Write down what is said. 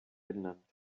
benannt